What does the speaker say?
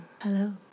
Hello